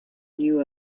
new